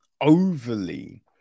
overly